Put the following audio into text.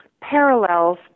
parallels